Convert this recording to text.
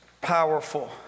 powerful